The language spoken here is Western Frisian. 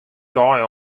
dei